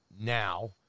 now